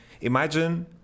imagine